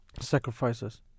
sacrifices